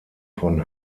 von